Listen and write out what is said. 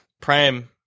Prime